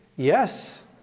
Yes